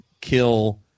kill